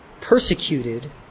persecuted